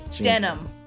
Denim